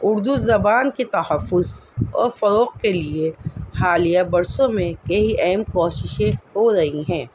اردو زبان کی تحفظ اور فروغ کے لیے حالیہ برسوں میں کئی اہم کوششیں ہو رہی ہیں